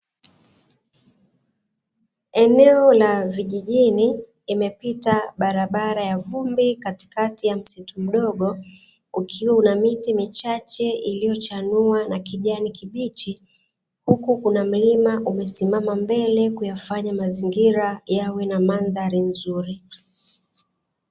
Eneo la vijijini imepita barabara ya vumbi katikati ya msitu mdogo ukiwa una miti michache iliyochanua na kijani kibichi, huku kuna mlima umesimama mbele kuyafanya mazingira yawe na mandhari nzuri.